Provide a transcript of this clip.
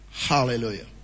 Hallelujah